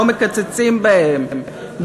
לא מקצצים בהם,